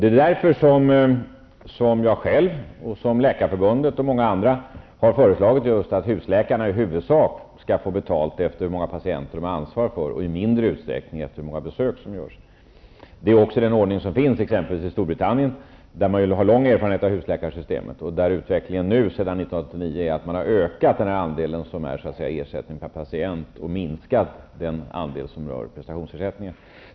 Det är därför jag själv, Läkarförbundet och många andra har föreslagit att husläkarna i huvudsak skall få betalt efter hur många patienter de har ansvar för och i mindre utsträckning efter hur många besök som görs. Det är också den ordning som finns exempelvis i Storbritannien, där man ju har lång erfarenhet av husläkarsystemet. Där är utvecklingen nu, sedan 1989, att man har utökat den andel som utgör ersättning per patient och minskat den andel som är prestationsersättning.